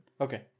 Okay